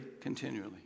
continually